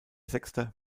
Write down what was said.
sechster